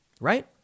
Right